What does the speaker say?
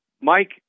Mike